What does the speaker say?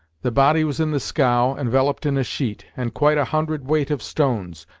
the body was in the scow, enveloped in a sheet, and quite a hundred weight of stones,